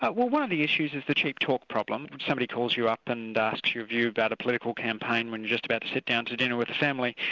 but well one of the issues is the cheap talk problem. somebody calls you up and asks your view about a political campaign when you're just about to sit down to dinner with the family,